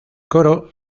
coro